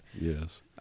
yes